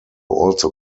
also